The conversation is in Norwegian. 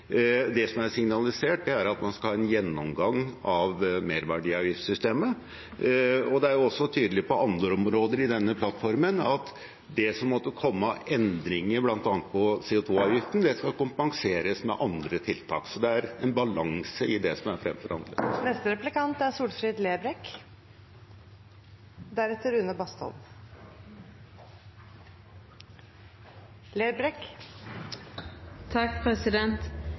Det som er signalisert, er at man skal ha en gjennomgang av merverdiavgiftssystemet. Det er jo tydelig på andre områder i denne plattformen at det som måtte komme av endringer, bl.a. på CO2-avgiften, skal kompenseres med andre tiltak, så det er en balanse i det som er fremforhandlet.